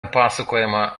pasakojama